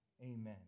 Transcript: amen